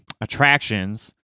attractions